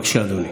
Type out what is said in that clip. בבקשה, אדוני.